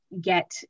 get